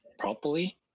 properly